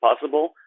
possible